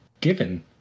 given